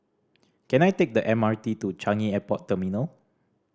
can I take the M R T to Changi Airport Terminal